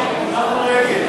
נתקבל.